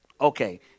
Okay